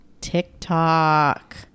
TikTok